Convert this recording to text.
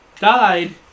died